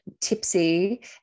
Tipsy